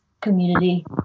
community